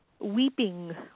weeping